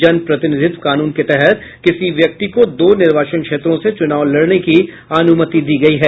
जन प्रतिनिधित्व कानून के तहत किसी व्यक्ति को दो निर्वाचन क्षेत्रों से चूनाव लड़ने की अनुमति दी गई है